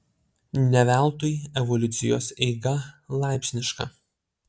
ne veltui evoliucijos eiga laipsniška